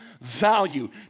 value